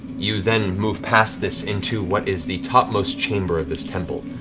you then move past this into what is the topmost chamber of this temple.